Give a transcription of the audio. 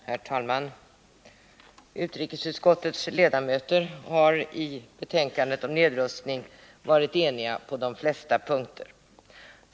Herr talman! Utrikesutskottets ledamöter har i betänkandet om nedrustning varit eniga på de flesta punkter.